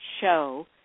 show